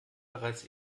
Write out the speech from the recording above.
bereits